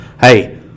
Hey